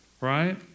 Right